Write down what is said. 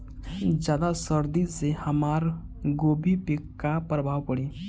ज्यादा सर्दी से हमार गोभी पे का प्रभाव पड़ी?